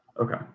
Okay